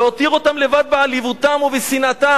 להותיר אותם לבד בעליבותם ובשנאתם".